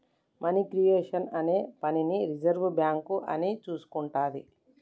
money creation అనే పనిని reserve bank అని చూసుకుంటాది